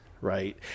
Right